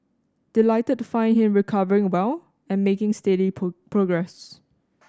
delighted to find him recovering well and making steady progress